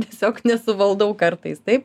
tiesiog nesuvaldau kartais taip